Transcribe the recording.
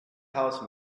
house